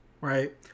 right